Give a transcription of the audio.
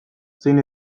zein